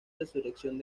resurrección